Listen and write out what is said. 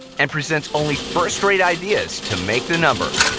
and presents only first-rate ideas to make the number.